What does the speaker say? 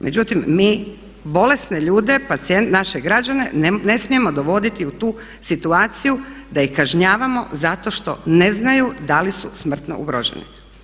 Međutim mi bolesne ljude, pacijente, naše građane ne smijemo dovoditi u tu situaciju da ih kažnjavamo zato što ne znaju da li su smrtno ugroženi.